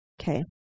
Okay